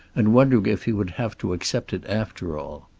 and wondering if he would have to accept it after all.